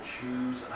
choose